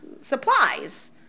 supplies